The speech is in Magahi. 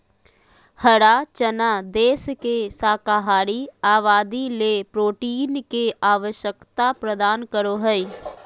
हरा चना देश के शाकाहारी आबादी ले प्रोटीन के आवश्यकता प्रदान करो हइ